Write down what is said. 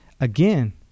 Again